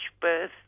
birth